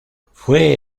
fue